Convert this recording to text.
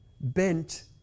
bent